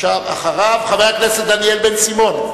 אחריו, חבר הכנסת דניאל בן-סימון,